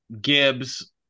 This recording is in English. Gibbs